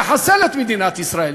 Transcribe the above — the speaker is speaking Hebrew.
"לחסל את מדינת ישראל",